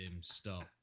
Stop